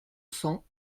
cents